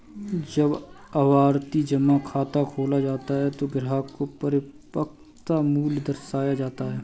जब आवर्ती जमा खाता खोला जाता है तो ग्राहक को परिपक्वता मूल्य दर्शाया जाता है